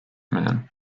man